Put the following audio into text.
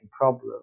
problem